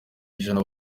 ijana